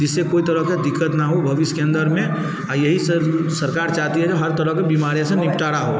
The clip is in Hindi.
जिससे कोई तरह कि दिक्कत न हो भविष्य के अंदर में और यही सरकार चाहती है कि हर तरह की बीमारियों से निपटारा हो